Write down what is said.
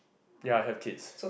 ya have kids